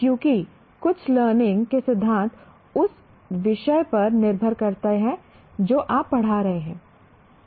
क्योंकि कुछ लर्निंग के सिद्धांत उस विषय पर निर्भर करते हैं जो आप पढ़ा रहे हैं